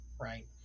right